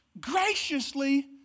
graciously